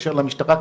להתקשר למשטרה,